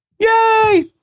Yay